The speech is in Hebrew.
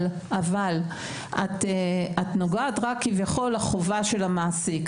אבל את נוגעת כביכול רק לחובה של המעסיק,